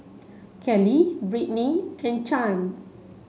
Kelli Brittny and Chaim